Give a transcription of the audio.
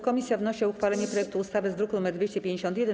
Komisja wnosi o uchwalenie projektu ustawy z druku nr 251.